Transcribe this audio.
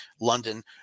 London